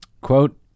Quote